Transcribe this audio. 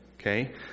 Okay